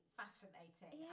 fascinating